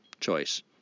choice